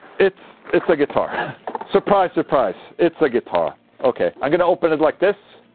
it's. it's a guitar surprise surprise, it's a guitar ok, i'm gonna open it like this.